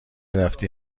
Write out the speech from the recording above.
رفتی